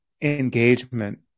engagement